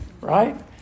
Right